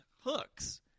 hooks